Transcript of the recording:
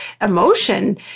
emotion